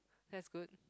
that's good